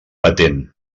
patent